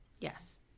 Yes